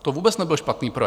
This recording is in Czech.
To vůbec nebyl špatný projev.